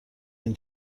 این